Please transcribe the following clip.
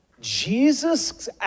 Jesus